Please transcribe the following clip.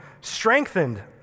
strengthened